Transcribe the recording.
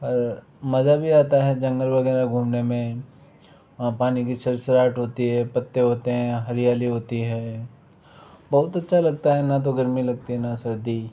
और मज़ा भी आता है जंगल वगैरह घूमने में और पानी की सरसराहट होती है पत्ते होते हैं हरियाली होती है बहुत अच्छा लगता है न तो गर्मी लगती है न सर्दी